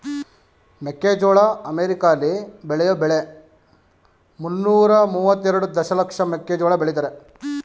ಮೆಕ್ಕೆಜೋಳ ಅಮೆರಿಕಾಲಿ ಬೆಳೆಯೋ ಬೆಳೆ ಮುನ್ನೂರ ಮುವತ್ತೆರೆಡು ದಶಲಕ್ಷ ಮೆಕ್ಕೆಜೋಳ ಬೆಳಿತಾರೆ